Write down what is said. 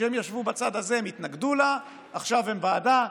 כשהם ישבו בצד הזה הם התנגדו לה, עכשיו הם בעדה.